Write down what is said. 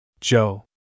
Joe